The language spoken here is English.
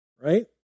right